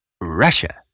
Russia